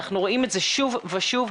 אנחנו רואים את זה שוב ושוב,